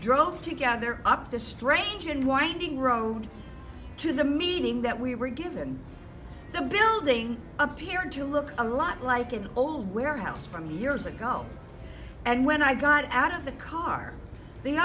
drove to gather up the strange and winding road to the meeting that we were given the building appeared to look a lot like an old warehouse from years ago and when i got out of the car the